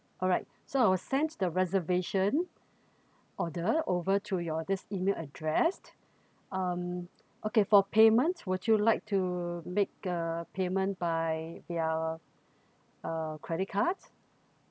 alright so I will send the reservation order over to your this email address um okay for payments would you like to make uh payment by their uh credit cards